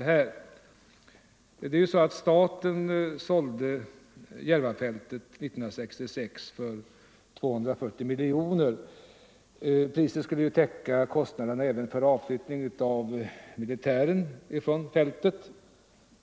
1966 sålde staten Järvafältet för 240 miljoner kronor. Priset skulle även täcka kostnaderna för de militära utflyttningarna från fältet.